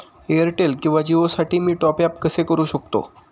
Airtel किंवा जिओसाठी मी टॉप ॲप कसे करु शकतो?